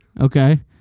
okay